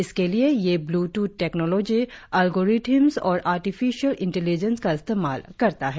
इसके लिए यह ब्लूटूथ टेक्नोलॉजी अल्गोरिथम्स और आर्टिफिशियल इंटेलीजेंस का इस्तेमाल करता है